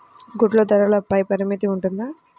గుడ్లు ధరల పై పరిమితి ఉంటుందా?